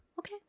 Okay